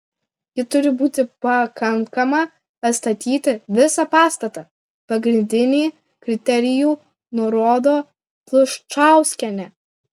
ji turi būti pakankama atstatyti visą pastatą pagrindinį kriterijų nurodo pluščauskienė